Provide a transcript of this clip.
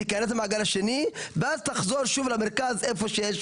תיכנס למעגל השני ואז תחזור שוב למרכז איפה שיש